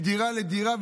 מדירה לדירה,